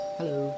Hello